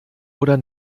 oder